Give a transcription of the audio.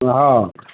सुधाक